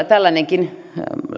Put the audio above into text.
tällainenkin